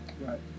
Right